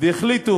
והחליטו